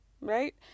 Right